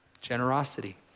generosity